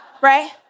right